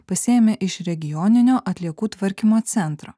pasiėmė iš regioninio atliekų tvarkymo centro